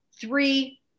Three